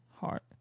heart